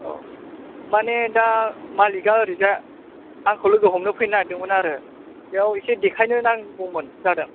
औ माने दा मालिकआ ओरैजाय आंखौ लोगो हमनो फैनो नागिरदोंमोन आरो बेयाव एसे देखायनो नांगौमोन जादों